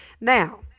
Now